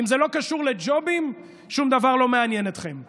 "אם זה לא קשור לג'ובים, שום דבר לא מעניין אתכם",